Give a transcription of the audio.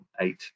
eight